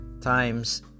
times